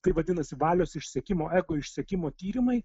tai vadinasi valios išsekimo ego išsekimo tyrimai